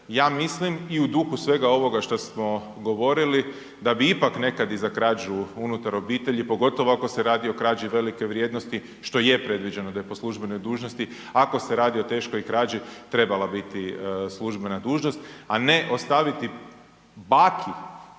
ja mislim i u duhu svega ovoga što smo govorili da bi ipak nekad i za krađu unutar obitelji pogotovo ako se radi o krađi velike vrijednosti što je predviđeno da je po službenoj dužnosti ako se radi o teškoj krađi trebala biti službena dužnost, a ne ostaviti baki